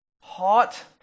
hot